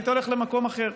היית הולך למקום אחר.